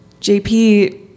JP